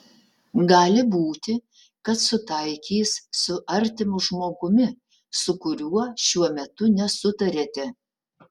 gali būti kad sutaikys su artimu žmogumi su kuriuo šiuo metu nesutariate